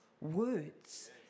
words